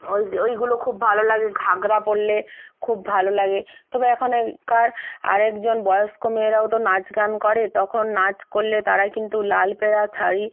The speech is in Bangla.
ওই ওইগুলো খুব ভালো লাগে ঘাগরা পরলে খুব ভালো লাগে তবে এখনকার আরেক জন বয়স্ক মেয়েরাও তো নাচ গান করে তখন নাচ করলে তারাই কিন্তু লাল পাড়া শাড়ি